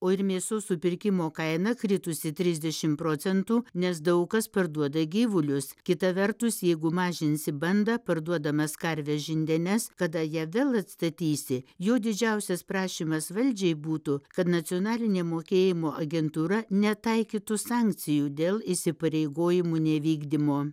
o ir mėsos supirkimo kaina kritusi trisdešim procentų nes daug kas parduoda gyvulius kita vertus jeigu mažinsi bandą parduodamas karves žindenes kada ją vėl atstatysi jo didžiausias prašymas valdžiai būtų kad nacionalinė mokėjimų agentūra netaikytų sankcijų dėl įsipareigojimų nevykdymo